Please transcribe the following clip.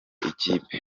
ikipe